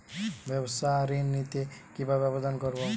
ব্যাবসা ঋণ নিতে কিভাবে আবেদন করব?